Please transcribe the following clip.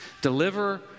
Deliver